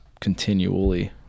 continually